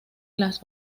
las